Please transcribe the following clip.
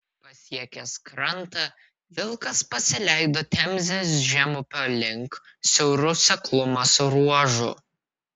pasiekęs krantą vilkas pasileido temzės žemupio link siauru seklumos ruožu